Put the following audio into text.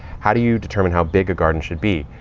how do you determine how big a garden should be?